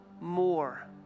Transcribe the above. more